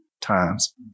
times